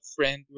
Friend